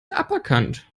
aberkannt